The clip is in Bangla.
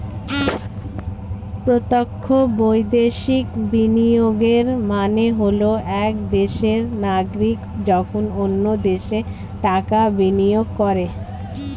প্রত্যক্ষ বৈদেশিক বিনিয়োগের মানে হল এক দেশের নাগরিক যখন অন্য দেশে টাকা বিনিয়োগ করে